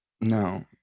No